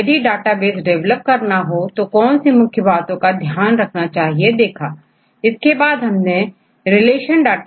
यदि database develop करना हो तो कौन कौन सी मुख्य बातों को ध्यान रखना चाहिए देखा